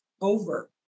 over